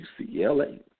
UCLA